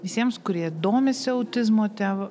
visiems kurie domisi autizmo te